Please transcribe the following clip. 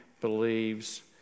believes